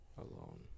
Alone